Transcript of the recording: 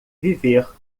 viver